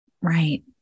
Right